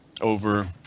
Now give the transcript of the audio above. over